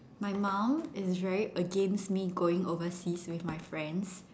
my mom is very against me going overseas with my friends